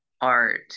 art